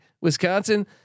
Wisconsin